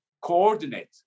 coordinate